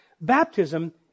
Baptism